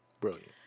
brilliant